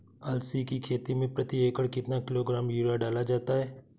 अलसी की खेती में प्रति एकड़ कितना किलोग्राम यूरिया डाला जाता है?